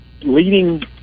leading